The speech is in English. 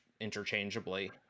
interchangeably